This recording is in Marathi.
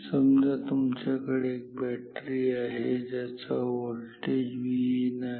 समजा तुमच्याकडे एक बॅटरी आहे ज्याचा व्होल्टेज Vin आहे